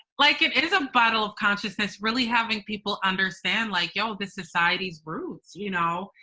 like it it is a bottle of consciousness, really, having people understand, like, yo, the society's roots. you know,